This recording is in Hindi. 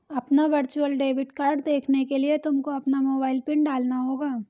अपना वर्चुअल डेबिट कार्ड देखने के लिए तुमको अपना मोबाइल पिन डालना होगा